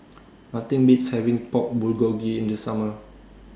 Nothing Beats having Pork Bulgogi in The Summer